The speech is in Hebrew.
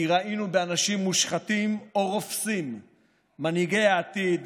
כי ראינו באנשים מושחתים או רופסים מנהיגי העתיד,